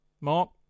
Mark